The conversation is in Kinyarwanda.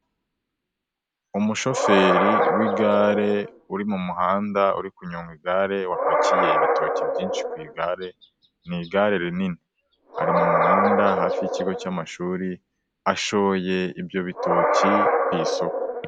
Umushoferi w'igare uri mu muhanda uri kunyonga igare wapakiye ibitoki byinshi ku igare, ni igare rinini ari mu muhanda hafi y'ikigo cy'amashuri ashoye ibyo bitoki ku isoko.